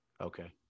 Okay